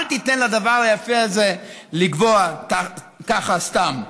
אל תיתן לדבר היפה הזה לגווע ככה סתם.